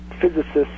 physicists